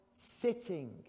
sitting